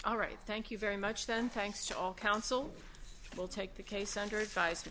all right thank you very much then thanks to all counsel will take the case under a